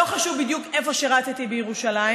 לא חשוב בדיוק איפה שירתי בירושלים,